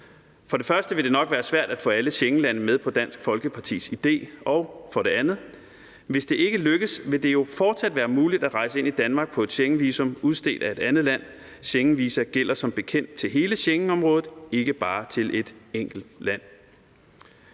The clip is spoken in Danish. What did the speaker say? For det første vil det nok være svært at få alle Schengenlande med på Dansk Folkepartis idé, og for det andet, hvis det ikke lykkes, vil det jo fortsat være muligt at rejse ind i Danmark på et Schengenvisum udstedt af et andet land; Schengenvisa gælder som bekendt til hele Schengenområdet, ikke bare til et enkelt land.